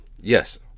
Yes